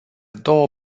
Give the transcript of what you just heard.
două